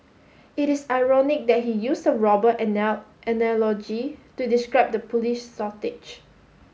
it is ironic that he used a robber analogy to describe the police shortage